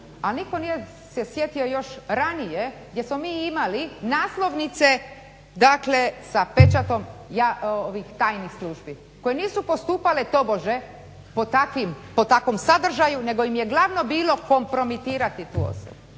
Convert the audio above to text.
a nitko nije se sjetio još ranije gdje smo mi imali naslovnice dakle sa pečatom tajnih službi koje nisu postupale tobože po takvom sadržaju nego im je glavno bilo kompromitirati tu osobu.